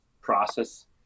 process